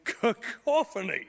cacophony